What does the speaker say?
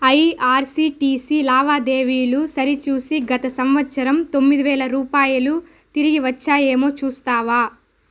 IRCTC లావాదేవీలు సరిచూసి గత సంవత్సరం తొమ్మిదివేల రూపాయలు తిరిగి వచ్చాయేమో చూస్తావా